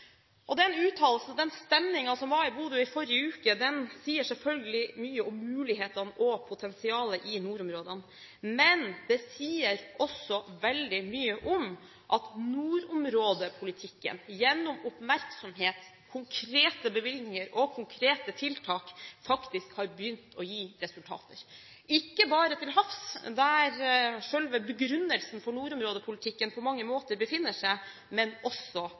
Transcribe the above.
og den stemningen som var i Bodø i forrige uke, sier selvfølgelig mye om mulighetene og potensialet i nordområdene, men den sier også veldig mye om at nordområdepolitikken, gjennom oppmerksomhet, konkrete bevilgninger og konkrete tiltak, faktisk har begynt å gi resultater – ikke bare til havs, der selve begrunnelsen for nordområdepolitikken på mange måter befinner seg, men også